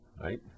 right